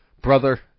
brother